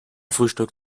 frühstück